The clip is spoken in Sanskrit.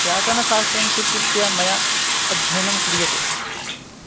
व्याकरणशास्त्रं स्वीकृत्य मया अध्ययनं क्रियते